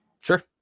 Sure